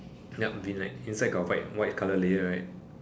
yup V neck inside got white white colour layer right